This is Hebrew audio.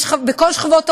בכל שכבות האוכלוסייה: